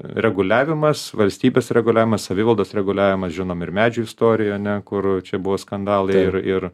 reguliavimas valstybės reguliavimas savivaldos reguliavimas žinom ir medžių istoriją ane kur čia buvo skandalai ir ir